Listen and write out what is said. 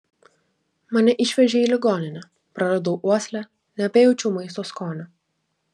mane išvežė į ligoninę praradau uoslę nebejaučiau maisto skonio